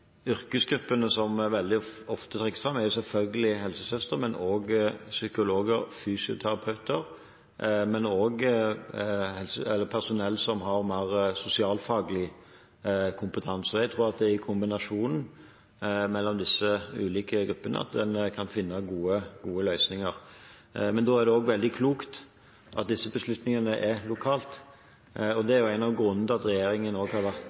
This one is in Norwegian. yrkesgruppene som veldig ofte trekkes fram, er selvfølgelig helsesøstre, og også psykologer, fysioterapeuter, men også personell som har mer sosialfaglig kompetanse. Jeg tror at det er i kombinasjonen mellom disse ulike gruppene at man kan finne gode løsninger. Men da er det også veldig klokt at disse beslutningene skjer lokalt, og det er jo en av grunnene til at regjeringen har vært